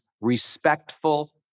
respectful